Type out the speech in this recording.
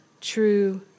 true